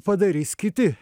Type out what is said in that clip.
padarys kiti